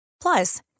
Plus